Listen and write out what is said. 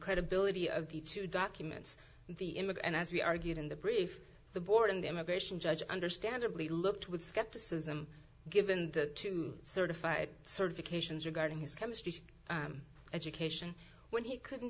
credibility of the two documents the image and as we argued in the brief the board in the immigration judge understandably looked with skepticism given the two certified certifications regarding his chemistry education when he couldn't